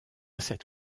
cette